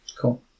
Cool